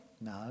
No